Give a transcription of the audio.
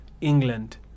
england